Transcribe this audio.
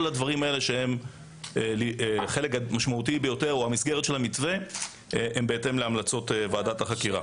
כל הדברים האלה במסגרת של המתווה הם בהתאם להמלצות של ועדת החקירה.